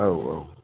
औ औ